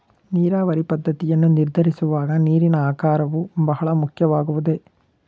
ನೀರಾವರಿ ಪದ್ದತಿಯನ್ನು ನಿರ್ಧರಿಸುವಾಗ ನೀರಿನ ಆಕಾರವು ಬಹಳ ಮುಖ್ಯವಾಗುವುದೇ?